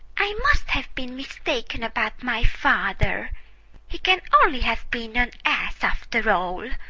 i must have been mistaken about my father he can only have been an ass after all.